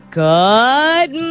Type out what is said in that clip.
good